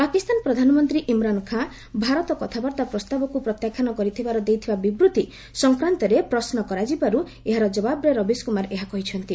ପାକିସ୍ତାନ ପ୍ରଧାନମନ୍ତ୍ରୀ ଇମ୍ରାନ୍ ଖାଁ ଭାରତ କଥାବାର୍ତ୍ତା ପ୍ରସ୍ତାବକୁ ପ୍ରତ୍ୟାଖ୍ୟାନ କରିଥିବାର ଦେଇଥିବା ବିବୃତ୍ତି ସଂକ୍ରାନ୍ତରେ ପ୍ରଶ୍ନ କରାଯିବାରୁ ଏହାର ଜବାବରେ ରବିଶ କୁମାର ଏହା କହିଛନ୍ତି